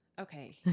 Okay